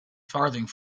farthing